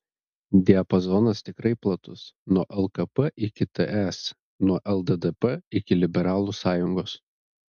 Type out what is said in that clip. diapazonas tikrai platus nuo lkp iki ts nuo lddp iki liberalų sąjungos